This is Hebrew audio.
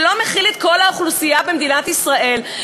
שלא מכיל את כל האוכלוסייה במדינת ישראל,